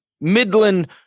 midland